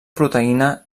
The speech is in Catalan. proteïna